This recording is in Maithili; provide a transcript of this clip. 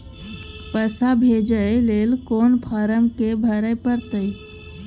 पैसा भेजय लेल कोन फारम के भरय परतै?